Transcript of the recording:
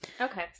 Okay